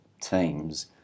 teams